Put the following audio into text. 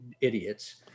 idiots